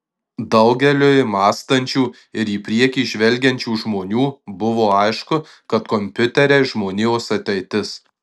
daugeliui mąstančių ir į priekį žvelgiančių žmonių buvo aišku kad kompiuteriai žmonijos ateitis